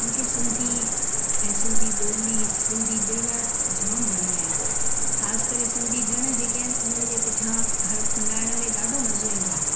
मूंखे सिन्धी ऐं सिन्धी ॿोली सिन्धी ॾिण जाम वणन्दा आहिनि ख़ास करे सिन्धी ॾिण जेके आहिनि उननि जे पुठियां हर पुञाइण में ॾाढो मजो इन्दो आ